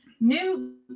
new